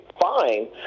fine